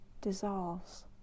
dissolves